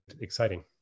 exciting